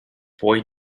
boy